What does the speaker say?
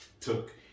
took